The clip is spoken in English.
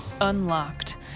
Unlocked